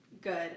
good